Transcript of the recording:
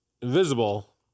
Invisible